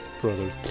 Brothers